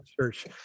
church